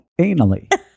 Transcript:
anally